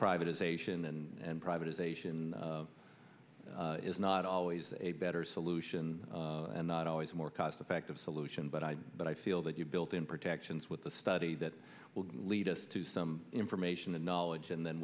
privatization and privatization is not always a better solution and not always more cost effective solution but i but i feel that you've built in protections with the study that will lead us to some information and knowledge and then